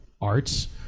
arts